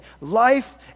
life